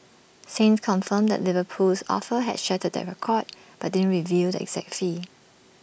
saints confirmed that Liverpool's offer had shattered the record but didn't reveal the exact fee